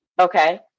Okay